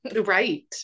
right